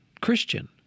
Christian